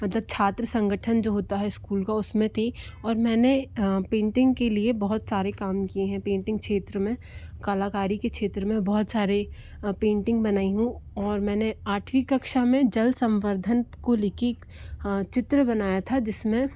मतलब छात्र संगठन जो होता है स्कूल का उसमें थी और मैंने पेंटिंग के लिए बहुत सारे काम किए हैं पेंटिंग क्षेत्र में कलाकारी के क्षेत्र में बहुत सारे पेंटिंग बनाई हूँ और मैंने आठवीं कक्षा में जल संवर्धन को ले के एक चित्र बनाया था जिसमें